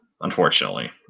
unfortunately